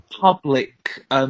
public